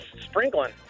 sprinkling